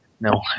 No